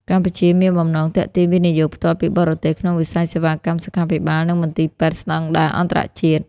កម្ពុជាមានបំណងទាក់ទាញ វិនិយោគផ្ទាល់ពីបរទេស ក្នុងវិស័យសេវាកម្មសុខាភិបាល និងមន្ទីរពេទ្យស្ដង់ដារអន្តរជាតិ។